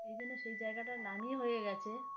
এই জন্য সেই জায়গাটা নামই হয়ে গেছে